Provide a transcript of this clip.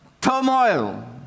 turmoil